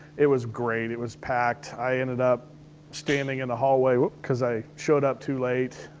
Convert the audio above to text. it was great. it was packed. i ended up standing in the hallway. whoop. cause i showed up too late.